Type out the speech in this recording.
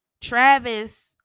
travis